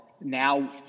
now